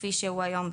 כפי שהוא היום,